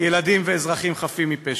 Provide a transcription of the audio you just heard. ילדים ואזרחים חפים מפשע,